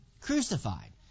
crucified